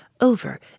over